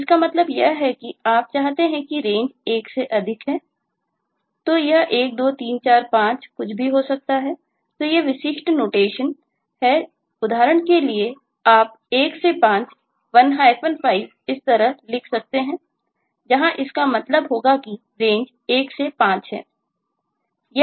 तो इसका मतलब यह है कि आप चाहते हैं कि रेंज 1 से 5 है